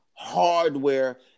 hardware